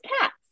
cats